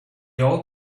all